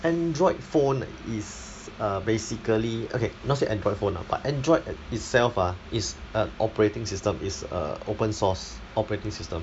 Android phone is uh basically okay not say Android phone lah but Android itself ah is an operating system it's uh open source operating system